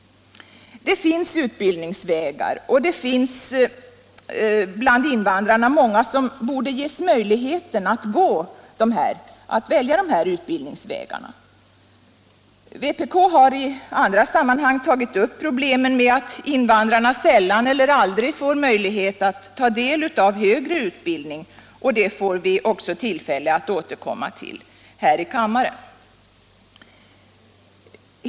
Det finns utbildningsvägar, och det finns bland invandrarna många som borde ges möjligheten att välja de utbildningsvägarna. Vpk har i andra sammanhang tagit upp problemen med att invandrarna sällan eller aldrig får möjlighet att ta del av högre utbildning. Det får vi också tillfälle att återkomma till här i kammaren.